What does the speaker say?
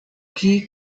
key